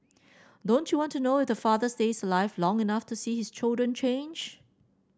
don't you want to know if the father stays alive long enough to see his children change